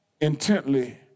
intently